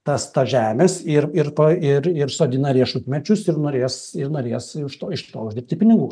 tas tos žemės ir ir ir ir sodina riešutmedžius ir norės ir norės iš to iš to uždirbti pinigų